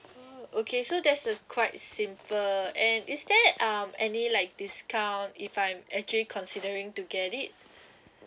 okay so that's uh quite simple and is there um any like discount if I'm actually considering to get it